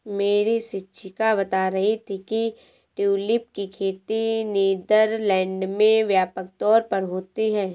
मेरी शिक्षिका बता रही थी कि ट्यूलिप की खेती नीदरलैंड में व्यापक तौर पर होती है